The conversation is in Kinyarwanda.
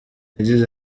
yagize